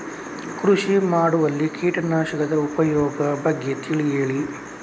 ಕೃಷಿ ಮಾಡುವಲ್ಲಿ ಕೀಟನಾಶಕದ ಉಪಯೋಗದ ಬಗ್ಗೆ ತಿಳಿ ಹೇಳಿ